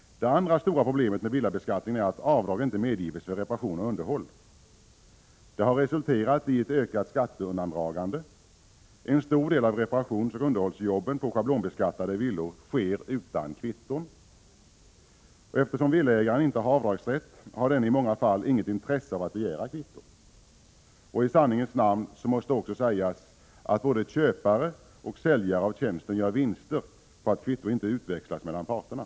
Det andra stora problemet med villabeskattningen är att avdrag inte medgivs för reparation och underhåll. Det har resulterat i ett ökat skatteundandragande. En stor del av reparationsoch underhållsjobben på schablonbeskattade villor utförs utan kvitton. Eftersom villaägaren inte har avdragsrätt har denne i många fall inget intresse av att begära kvitto. I sanningens namn måste också sägas att både köpare och säljare av tjänsten gör vinster på att kvitto inte utväxlas mellan parterna.